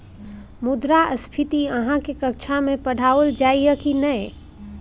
मुद्रास्फीति अहाँक कक्षामे पढ़ाओल जाइत यै की नै?